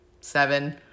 seven